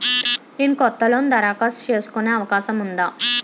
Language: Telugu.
నేను కొత్త లోన్ దరఖాస్తు చేసుకునే అవకాశం ఉందా?